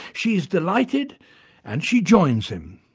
she's delighted and she joins him.